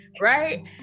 right